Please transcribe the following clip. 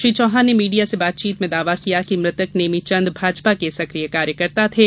श्री चौहान ने मीडिया से बातचीत में दावा किया कि मृतक नेमीचंद भाजपा के सक्रिय कार्यकर्ता थे